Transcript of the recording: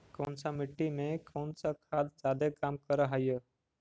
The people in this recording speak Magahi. कौन सा मिट्टी मे कौन सा खाद खाद जादे काम कर हाइय?